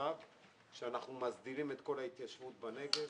למצב שאנחנו מסדירים את כל ההתיישבות בנגב